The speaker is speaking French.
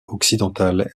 occidental